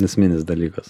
esminis dalykas